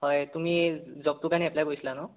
হয় তুমি জবটোৰ কাৰণে এপ্লাই কৰিছিলা ন